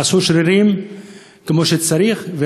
תעשו שרירים כמו שצריך,